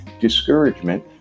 discouragement